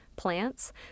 Plants